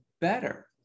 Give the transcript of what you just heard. better